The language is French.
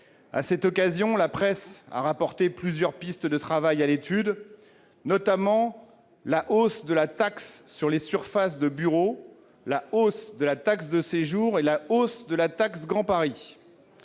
À cette occasion, la presse a rapporté plusieurs pistes de travail à l'étude, notamment la hausse de la taxe sur les surfaces de bureaux, la hausse de la taxe de séjour et la hausse de la taxe Grand Paris.